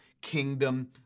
kingdom